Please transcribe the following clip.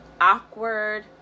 awkward